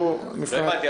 אנחנו לקראת --- לא הבנתי.